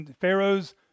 Pharaoh's